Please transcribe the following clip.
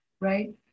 Right